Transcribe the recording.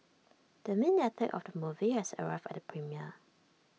the main actor of the movie has arrived at the premiere